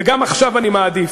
וגם עכשיו אני מעדיף.